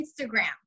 Instagram